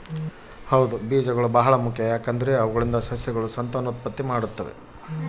ಬೀಜಗಳು ಬಹಳ ಮುಖ್ಯ, ಯಾಕಂದ್ರೆ ಅವುಗಳಿಂದ ಸಸ್ಯಗಳು ಸಂತಾನೋತ್ಪತ್ತಿ ಮಾಡ್ತಾವ